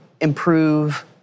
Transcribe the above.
improve